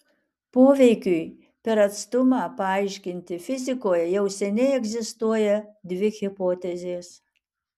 poveikiui per atstumą paaiškinti fizikoje jau seniai egzistuoja dvi hipotezės